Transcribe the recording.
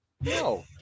No